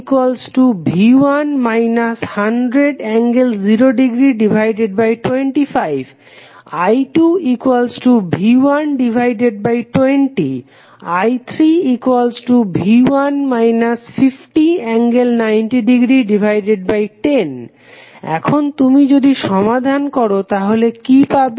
I1V1 100∠0°25 I2V120 I3V1 50∠90°10 এখন তুমি যদি সমাধান করো তাহলে কি পাবে